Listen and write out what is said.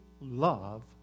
love